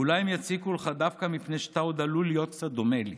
ואולי הם יציקו לך דווקא מפני שאתה עוד עלול להיות קצת דומה לי.